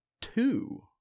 two